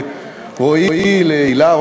רועי והילה,